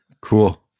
Cool